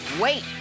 wait